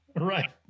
Right